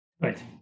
Right